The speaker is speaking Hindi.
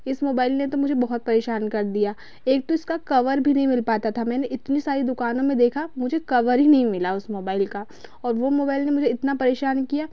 इस मोबाईल ने तो मुझे बहुत परेशान कर दिया एक तो इसका कवर भी नहीं मिल पाता था मैंने इतनी सारी दुकानों में देखा मुझे कवर ही नहीं मिला उस मोबाईल का और वो मोबाईल ने मुझे इतना परेशान किया